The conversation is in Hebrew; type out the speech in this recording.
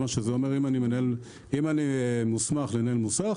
מה שזה אומר זה שאם אני מוסמך לנהל מוסך,